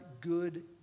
good